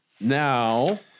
now